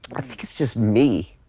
i think it's just me.